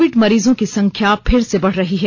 Covid मरीजों की संख्या फिर से बढ़ रही है